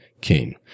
king